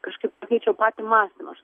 kažkaip pakeičiau patį mąstymą aš